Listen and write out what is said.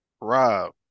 Rob